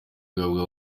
kubagwa